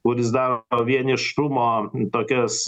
kuris daro vienišumo tokias